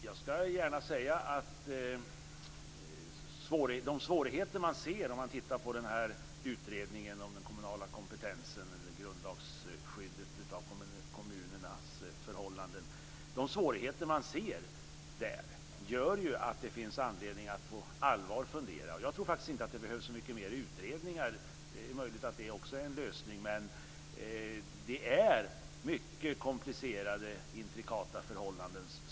Fru talman! De svårigheter man ser om man studerar utredningen om grundlagsskyddet för kommunerna gör att det finns anledning att fundera på allvar. Jag tror inte det behövs så mycket mer utredningar, även om det är möjligt att det också är en lösning. Detta är mycket komplicerade och intrikata förhållanden.